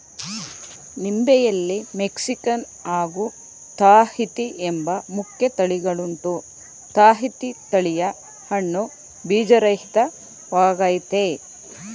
ನಿಂಬೆಯಲ್ಲಿ Mexican ಹಾಗೂ ತಾಹಿತಿ ಎಂಬ ಮುಖ್ಯ ತಳಿಗಳುಂಟು ತಾಹಿತಿ ತಳಿಯ ಹಣ್ಣು ಬೀಜರಹಿತ ವಾಗಯ್ತೆ